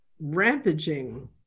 rampaging